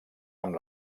amb